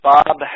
Bob